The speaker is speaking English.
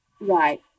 Right